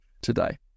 today